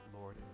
Lord